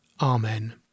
Amen